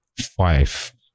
five